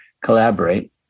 collaborate